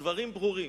הדברים ברורים.